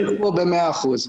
שלו ושל בני משפחתו.